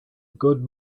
good